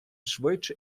швидше